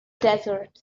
desert